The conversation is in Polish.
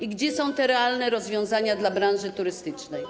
I gdzie są te realne rozwiązania dla branży turystycznej?